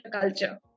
culture